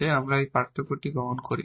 এবং আমরা এখানে পার্থক্যটি গ্রহণ করি